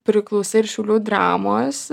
priklausai ir šiaulių dramos